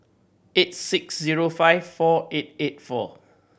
eight six zero five four eight eight four